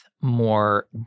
more